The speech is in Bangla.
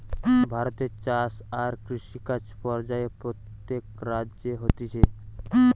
ভারতে চাষ আর কৃষিকাজ পর্যায়ে প্রত্যেক রাজ্যে হতিছে